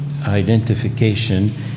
identification